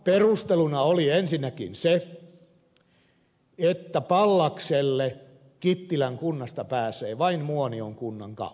perusteluna oli ensinnäkin se että pallakselle pääsee kittilän kunnasta maanteitä liikkuen vain muonion kunnan kautta